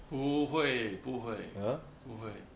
不会不会不会